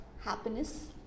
happiness